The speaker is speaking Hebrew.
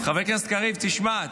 חבר הכנסת קריב, תשמע.